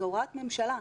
זאת הוראת ממשלה.